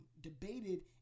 debated